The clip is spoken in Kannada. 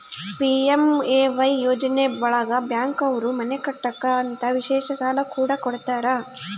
ಪಿ.ಎಂ.ಎ.ವೈ ಯೋಜನೆ ಒಳಗ ಬ್ಯಾಂಕ್ ಅವ್ರು ಮನೆ ಕಟ್ಟಕ್ ಅಂತ ವಿಶೇಷ ಸಾಲ ಕೂಡ ಕೊಡ್ತಾರ